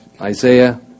Isaiah